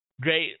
great